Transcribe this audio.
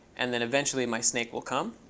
and then eventually my snake will come.